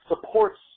supports